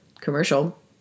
commercial